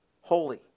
holy